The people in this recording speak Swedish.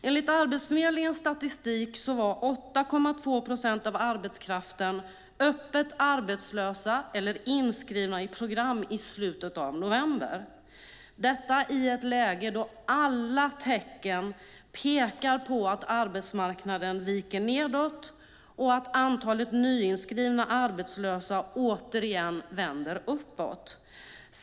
Enligt Arbetsförmedlingens statistik var 8,2 procent av arbetskraften öppet arbetslösa eller inskrivna i program i slutet av november i ett läge då alla tecken pekar på att arbetsmarknaden viker nedåt och att antalet nyinskrivna arbetslösa återigen vänder uppåt.